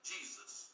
Jesus